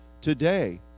today